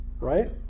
right